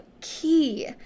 key